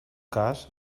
cas